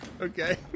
Okay